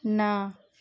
ନା